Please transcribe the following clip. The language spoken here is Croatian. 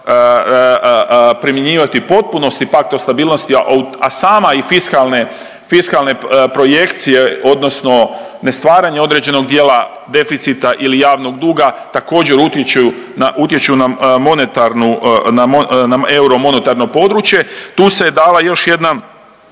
primjenjivati u potpunosti pakt o stabilnosti, a sama i fiskalne, fiskalne projekcije odnosno ne stvaranje određenog dijela deficita ili javnog duga također utječu na, utječu na monetarnu, na euro monetarno područje, tu se je dala još jedna